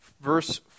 verse